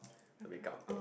the make up